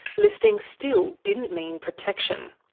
listing still didn't mean protection.